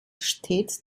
stets